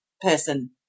person